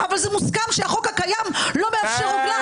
אבל מוסכם שהחוק הקיים לא מאפשר רוגלה.